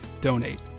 Donate